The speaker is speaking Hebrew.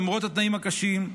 למרות התנאים הקשים,